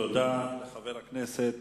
תודה לחבר הכנסת